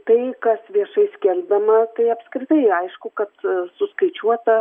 tai kas viešai skelbiama tai apskritai aišku kad suskaičiuota